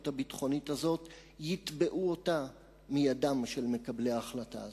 הביטחונית הזאת יתבעו אותה מידם של מקבלי ההחלטה הזאת.